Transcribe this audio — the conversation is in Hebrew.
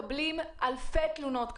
אנחנו מקבלים אלפי תלונות כאלה,